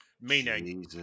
Meaning